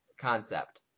concept